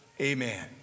Amen